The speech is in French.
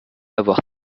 avoir